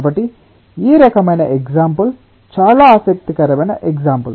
కాబట్టి ఈ రకమైన ఎగ్సాంపుల్ చాలా ఆసక్తికరమైన ఎగ్సాంపుల్